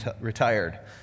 retired